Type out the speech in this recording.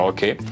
Okay